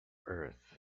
earth